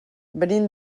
venim